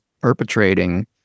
perpetrating